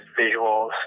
visuals